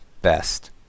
Best